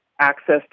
access